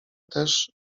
też